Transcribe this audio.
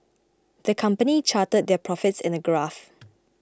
the company charted their profits in a graph